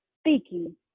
speaking